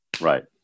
right